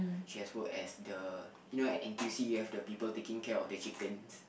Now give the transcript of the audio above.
she has worked as the you know at N_T_U_C you have the people taking care of the chicken